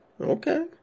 Okay